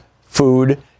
food